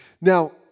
Now